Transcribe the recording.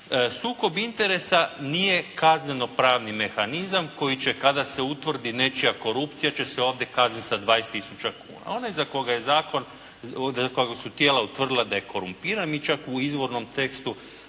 Sukob interesa nije kaznenopravni mehanizam koji će kada se utvrdi nečija korupcija će se ovdje kazniti sa 20 tisuća kuna. Onaj za koga je zakon, kojega su tijela utvrdila da je korumpiran, mi čak u izvornom tekstu